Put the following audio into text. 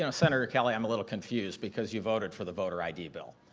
ah senator kelly, i'm a little confused because you voted for the voter id bill,